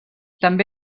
també